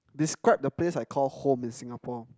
describe the place I call home in Singapore